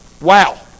Wow